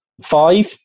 five